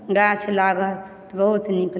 गाछ लागल तऽ बहुत नीक